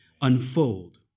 unfold